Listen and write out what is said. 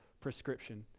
prescription